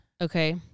Okay